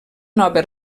nova